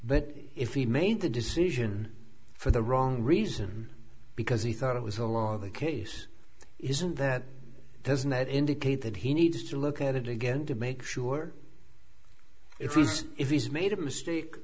but if he made the decision for the wrong reason because he thought it was a law the case isn't that doesn't that indicate that he needs to look at it again to make sure if he's if he's made a mistake